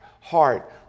heart